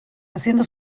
haciendo